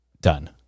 done